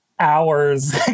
hours